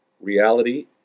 Reality